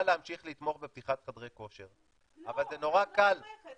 להמשיך לתמוך בפתיחת חדרי כושר, אבל זה נורא קל